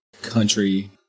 Country